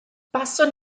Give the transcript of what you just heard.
buaswn